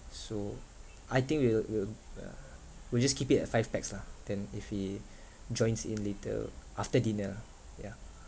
so I think we will we will yeah we just keep it at five pax lah then if he joins in later after dinner ah yeah